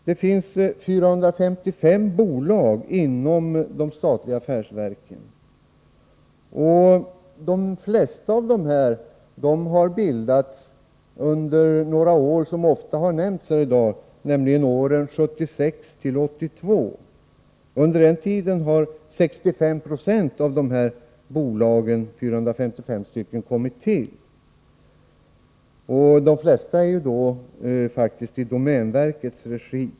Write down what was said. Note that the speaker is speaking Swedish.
Det finns 455 bolag inom de statliga affärsverken. De flesta av dessa har bildats under några år som ofta har nämnts här i dag, nämligen åren 1976-1982. Under den tiden har 65 90 av dessa 455 bolag kommit till. De flesta bolagen drivs i domänverkets regi.